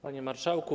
Panie Marszałku!